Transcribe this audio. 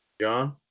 John